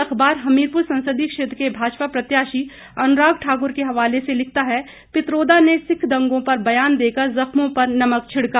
अखबार हमीरपुर संसदीय क्षेत्र के भाजपा प्रत्याशी अनुराग ठाक्र के हवाले से लिखता है पित्रोदा सिख दंगों पर बयान देकर जख्मों पर नमक छिड़का